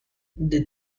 the